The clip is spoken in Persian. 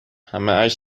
همهاش